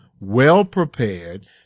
well-prepared